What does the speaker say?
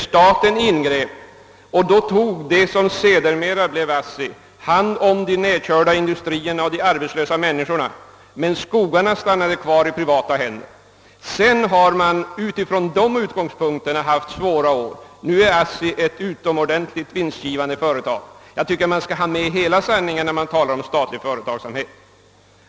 Staten ingrep och tog genom det företag som sedermera blev ASSI hand om de nedkörda industrierna och de arbetslösa människorna. Däremot blev skogarna kvar i privat ägo. Med dessa utgångspunkter hade företaget i början en del svåra år. Nu är ASSI ett utomordentligt vinstgivande företag. Jag tycker att man bör ta med hela sanningen när man talar om statlig företagsamhet.